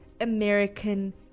American